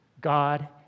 God